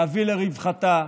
להביא לרווחתה,